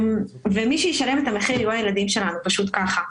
מי שישלם את המחיר יהיו הילדים שלנו, פשוט כך.